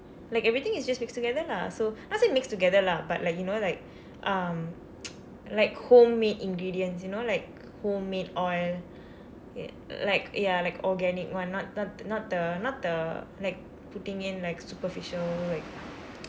like everything is just mixed together lah so not say mixed together lah but like you know like um like homemade ingredients you know like homemade oil like ya like organic [one] not not not the not the like putting in like superficial like